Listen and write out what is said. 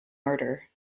murder